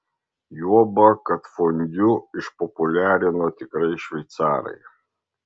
juoba kad fondiu išpopuliarino tikrai šveicarai